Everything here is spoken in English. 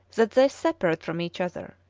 that they separate from each other.